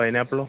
പൈനാപ്പിളോ